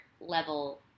level